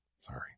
sorry